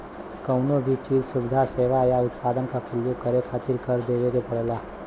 कउनो भी चीज, सुविधा, सेवा या उत्पाद क परयोग करे खातिर कर देवे के पड़ेला